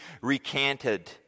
recanted